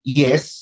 yes